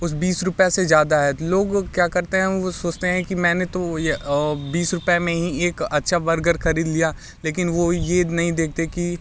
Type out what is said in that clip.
उस बीस रूपये से ज़्यादा है तो लोग क्या करते हैं वो सोचते हैं कि मैंने तो ये बीस रूपये में ही एक अच्छा बर्गर ख़रीद लिया लेकिन वो ये नहीं देखते कि